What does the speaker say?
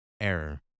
Error